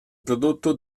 prodotto